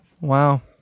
Wow